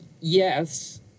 Yes